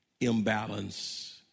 imbalance